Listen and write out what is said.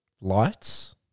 lights